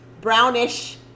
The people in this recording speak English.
brownish